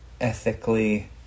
ethically